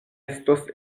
estos